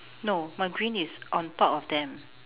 no my green is on top of them